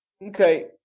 Okay